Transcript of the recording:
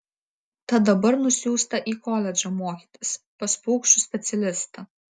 tad dabar nusiųsta į koledžą mokytis pas paukščių specialistą